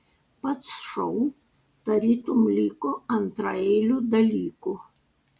pats šou tarytum liko antraeiliu dalyku